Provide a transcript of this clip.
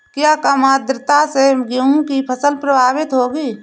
क्या कम आर्द्रता से गेहूँ की फसल प्रभावित होगी?